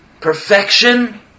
perfection